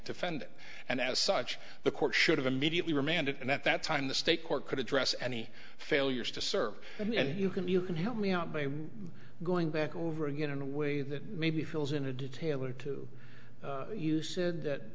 defendant and as such the court should have immediately remand it and at that time the state court could address any failures to serve and you can you can help me out by going back over again in a way that maybe fills in a detail or two you said that